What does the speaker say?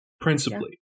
principally